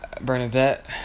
Bernadette